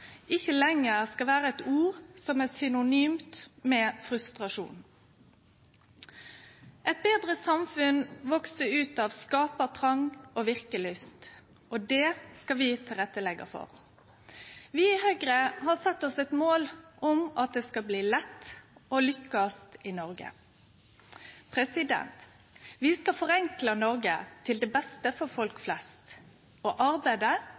ikkje lenger skal vere eit ord som er synonymt med «frustrasjon». Eit betre samfunn veks ut av skapartrong og verkelyst. Det skal vi leggje til rette for. Vi i Høgre har sett oss eit mål om at det skal bli lett å lykkast i Noreg. Vi skal forenkle Noreg til det beste for folk flest, og